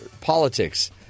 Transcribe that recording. politics